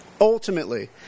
Ultimately